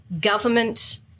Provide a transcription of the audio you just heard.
government –